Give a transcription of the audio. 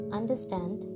understand